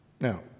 Now